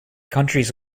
countries